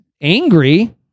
angry